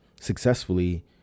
successfully